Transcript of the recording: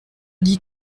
dit